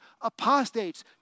apostates